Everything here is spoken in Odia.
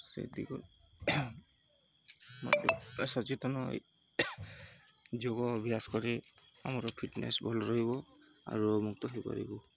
ସେ ଦିଗ ମୋତେ ସଚେତନ ଯୋଗ ଅଭ୍ୟାସ କରି ଆମର ଫିଟନେସ୍ ଭଲ ରହିବ ମୁକ୍ତ ହେଇପାରିବ